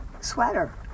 sweater